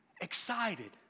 excited